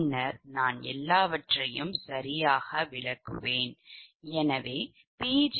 பின்னர் நான் எல்லாவற்றையும் சரியாக விளக்குவேன்